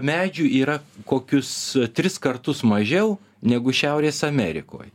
medžių yra kokius tris kartus mažiau negu šiaurės amerikoj